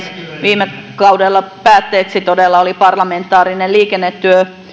viime kauden päätteeksi todella oli parlamentaarinen